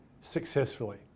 successfully